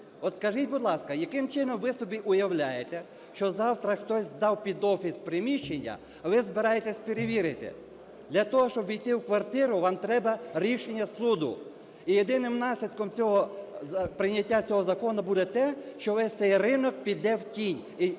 скажіть, будь ласка, яким чином ви собі уявляєте, що завтра хтось здав під офіс приміщення, ви збираєтесь перевірити, для того, щоб увійти в квартиру вам треба рішення суду. І єдиним наслідком цього, прийняття цього закону буде те, що весь цей ринок піде в тінь.